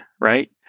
right